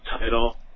title